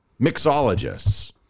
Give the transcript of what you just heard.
mixologists